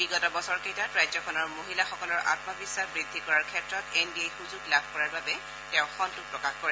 বিগত বছৰকেইটাত ৰাজ্যখনৰ মহিলাসকলৰ আমবিশ্বাস বৃদ্ধি কৰাৰ ক্ষেত্ৰত এন ডি এ ই সুযোগ লাভ কৰাৰ বাবে তেওঁ সন্তোষ প্ৰকাশ কৰে